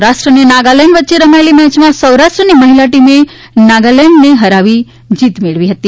સૌરાષ્ટ્ર નાગાલેન્ડ વચ્ચે રમાયેલી મેચમાં સૌરાષ્ટ્રની મહિલા ટીમે નાગાલેન્ડને હરાવી જીત મેળવી છે